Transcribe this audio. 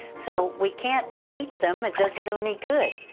so we can't hate them it doesn't do any good!